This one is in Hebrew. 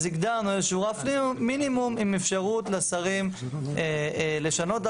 אז הגדרנו רף מינימום עם אפשרות לשרים לשנות את